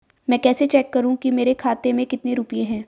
मैं कैसे चेक करूं कि मेरे खाते में कितने रुपए हैं?